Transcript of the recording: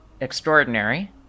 extraordinary